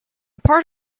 part